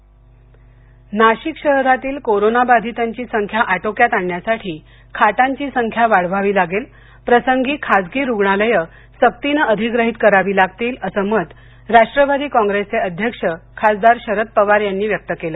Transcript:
शरद पवार नाशिक शहरातील कोरोनाबाधितांची संख्या आटोक्यात आणण्यासाठी खाटांची संख्या वाढवावी लागेल प्रसंगी खासगी रूग्णालयं सक्तीनं अधिग्रहीत करावी लागतील असं मत राष्ट्रवादी काँग्रेसचे अध्यक्ष खासदार शरद पवार यांनी व्यक्त केलं